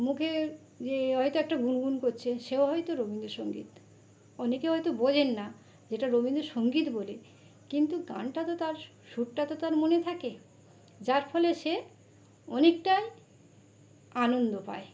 মুখে যে হয়তো একটা গুনগুন কচ্ছে সেও হয়তো রবীন্দ্রসঙ্গীত অনেকে হয়তো বোঝেন না এটা রবীন্দ্রসঙ্গীত বোলে কিন্তু গানটা তো তার সুরটা তো তার মনে থাকে যার ফলে সে অনেকটাই আনন্দ পায়